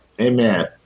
Amen